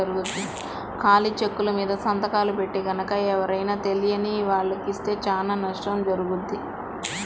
ఖాళీ చెక్కుమీద సంతకాలు పెట్టి గనక ఎవరైనా తెలియని వాళ్లకి ఇస్తే చానా నష్టం జరుగుద్ది